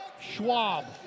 Schwab